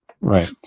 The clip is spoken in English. Right